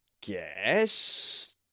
guess